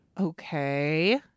Okay